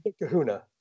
kahuna